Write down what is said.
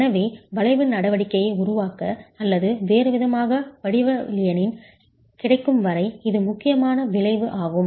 எனவே வளைவு நடவடிக்கையை உருவாக்க அல்லது வேறுவிதமாக வடிவவியலின் கிடைக்கும் வரை இது முக்கியமான விளைவு ஆகும்